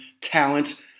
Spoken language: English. talent